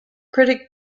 critic